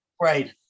Right